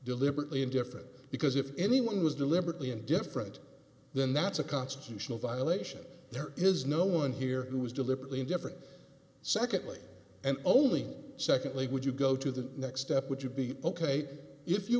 deliberately indifferent because if anyone was deliberately and different than that's a constitutional violation there is no one here who was deliberately indifferent secondly and only secondly would you go to the next step would you be ok if you